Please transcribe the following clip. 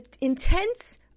intense